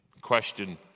question